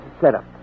setup